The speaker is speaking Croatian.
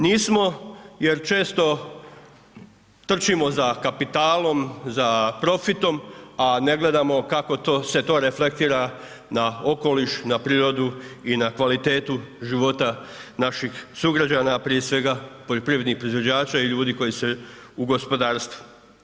Nismo jer često trčimo za kapitalom, za profitom a ne gledamo kako to se reflektira na okoliš, na prirodu i na kvalitetu života naših sugrađana a prije svega poljoprivrednih proizvođača i ljudi koji su u gospodarstvu.